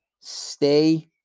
Stay